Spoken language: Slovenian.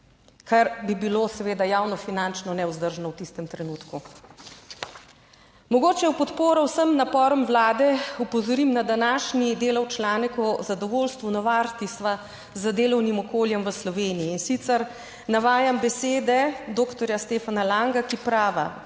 kar bi bilo seveda javnofinančno nevzdržno. v tistem trenutku mogoče. v podporo vsem naporom Vlade opozorim na današnji Delov članek o zadovoljstvu Novartis z delovnim okoljem v Sloveniji in sicer navajam besede doktorja Stefana Langa, ki prava,